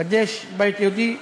קַדֵיש בית יהודי?